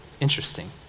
interesting